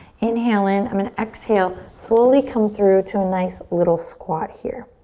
inhale in, i'm gonna exhale. slowly come through to a nice little squat here.